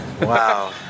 Wow